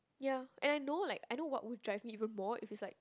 ya I know like I know what would drive me even more if it's like